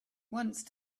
once